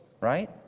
right